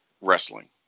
wrestling